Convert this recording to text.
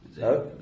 No